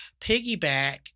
piggyback